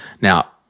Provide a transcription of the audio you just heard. Now